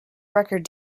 record